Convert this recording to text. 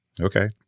okay